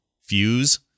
fuse